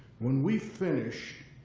when we finish,